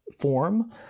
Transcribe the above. form